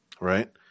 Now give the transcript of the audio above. Right